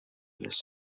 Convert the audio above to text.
les